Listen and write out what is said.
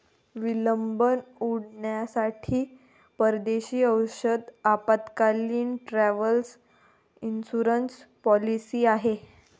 विलंब उड्डाणांसाठी परदेशी औषध आपत्कालीन, ट्रॅव्हल इन्शुरन्स पॉलिसी आहे